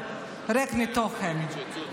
ריק מתוכן.